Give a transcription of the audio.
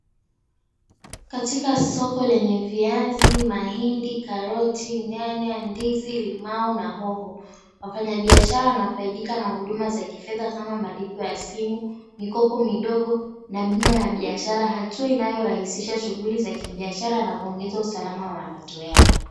Katika soko lenye viazi, mahindi, karoti, nyanya, ndizi, limau na hoho, wafanyibiashara wanafaidika na huduma za kifedha kama malipo ya simu, mikopo midogo na bima ya biashara, hatua inayoashisisha shughuli za kibiashara na kuongeza usalama wa mapato yao.